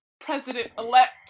president-elect